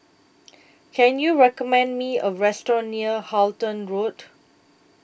Can YOU recommend Me A Restaurant near Halton Road